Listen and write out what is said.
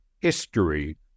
history